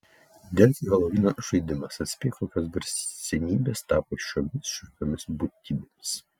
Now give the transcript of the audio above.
delfi helovino žaidimas atspėk kokios garsenybės tapo šiomis šiurpiomis būtybėmis